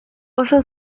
oso